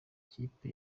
kipe